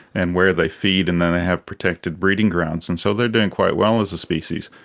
and where they feed and then they have protected breeding grounds. and so they are doing quite well as a species.